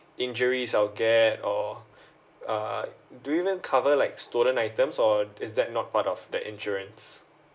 injuries healthcare or uh do you man cover like stolen items or is that not part of the insurance